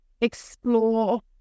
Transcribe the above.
explore